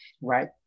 right